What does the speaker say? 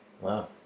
Wow